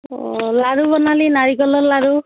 অ' লাৰু বনালি নাৰিকলৰ লাৰু